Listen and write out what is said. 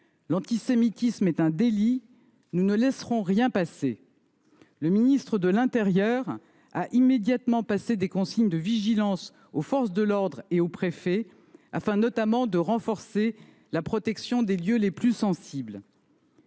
L’antisémitisme est un délit ; nous ne laisserons rien passer. Le ministre de l’intérieur et des outre-mer a immédiatement adressé des consignes de vigilance aux forces de l’ordre et aux préfets, afin, notamment, de renforcer la protection des lieux les plus sensibles.